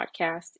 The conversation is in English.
podcast